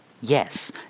Yes